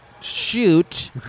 shoot